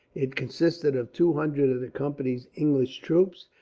it consisted of two hundred of the company's english troops,